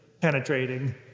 penetrating